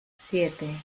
siete